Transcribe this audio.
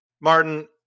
Martin